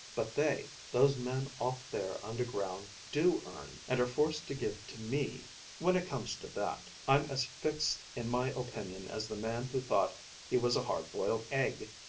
but they, those men off there underground, do earn and are forced to give to me when it comes to that, i'm as fixed in my opinion as the man who thought he was a hard-boiled egg.